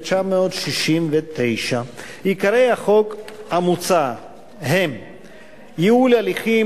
התשכ"ט 1969. עיקרי החוק המוצע הם ייעול הליכים